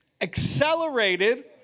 accelerated